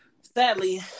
sadly